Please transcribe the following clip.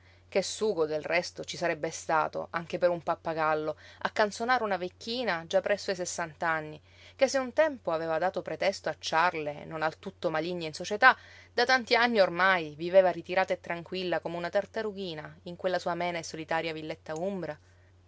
che sugo del resto ci sarebbe stato anche per un pappagallo a canzonare una vecchina già presso ai sessant'anni che se un tempo aveva dato pretesto a ciarle non al tutto maligne in società da tanti anni ormai viveva ritirata e tranquilla come una tartarughina in quella sua amena e solitaria villetta umbra